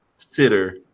consider